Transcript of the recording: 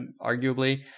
arguably